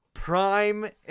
Prime